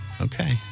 Okay